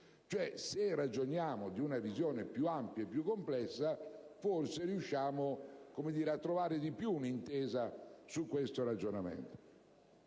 Se ragioniamo in una visione più ampia e complessa, forse riusciamo a trovare un'intesa su questo tema.